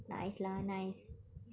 nice lah nice